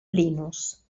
linus